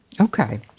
Okay